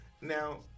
Now